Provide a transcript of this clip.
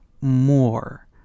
more